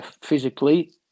physically